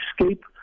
escape